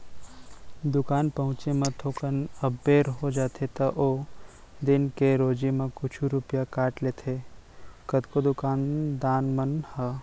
दुकान पहुँचे म थोकन अबेर हो जाथे त ओ दिन के रोजी म कुछ रूपिया काट लेथें कतको दुकान दान मन ह